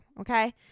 okay